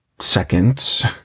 seconds